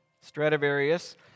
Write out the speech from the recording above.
Stradivarius